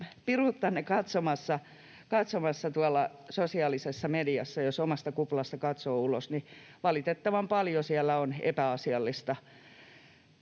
piruuttanne katsomassa tuolla sosiaalisessa mediassa: jos omasta kuplasta katsoo ulos, niin valitettavan paljon siellä on epäasiallista